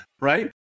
Right